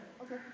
Okay